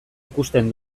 ikusten